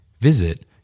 Visit